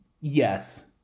Yes